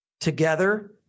together